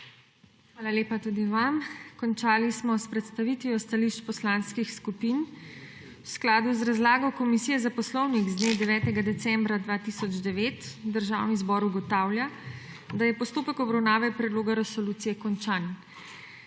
Hvala lepa tudi vam. Končali smo s predstavitvijo stališč poslanskih skupin. V skladu z razlago Komisije za poslovnik z dne 9. decembra 2009 Državni zbor ugotavlja, da je postopek obravnave predloga resolucije končan.